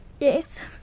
Yes